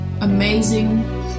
amazing